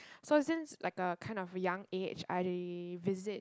so since like a kind of young age I visit